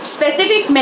Specific